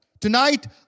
Tonight